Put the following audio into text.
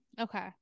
Okay